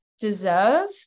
deserve